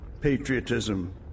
patriotism